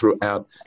throughout